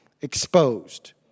exposed